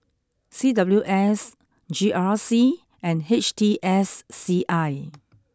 C W S G R C and H T S C I